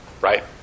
Right